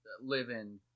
live-in